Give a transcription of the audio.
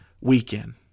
weekend